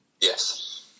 Yes